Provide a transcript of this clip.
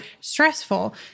stressful